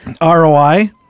ROI